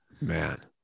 Man